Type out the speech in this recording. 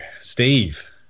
Steve